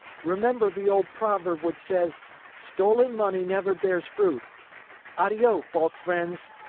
remember the old proverb which says stolen money never bears fruit addio, false friends.